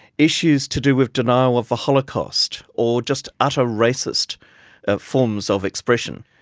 issues to do with denial of the holocaust, or just utter racist ah forms of expression?